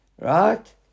right